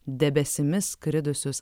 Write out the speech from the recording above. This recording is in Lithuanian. debesimis skridusius